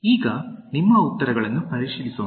ಈಗ ನಿಮ್ಮ ಉತ್ತರಗಳನ್ನು ಪರಿಶೀಲಿಸೋಣ